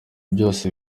byose